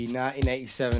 1987